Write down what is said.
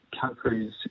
countries